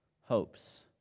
Hopes